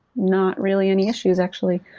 not really any issues actually.